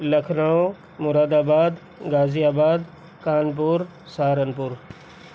Lucknow Moradabad Ghaziabad Kanpur Saharanpur